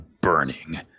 burning